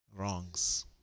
wrongs